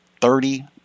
thirty